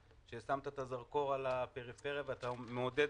ששמת את הזרקור על הפריפריה ואתה מעודד,